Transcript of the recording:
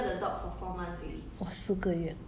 now already july I think four month